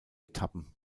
etappen